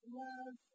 love